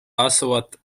asuvad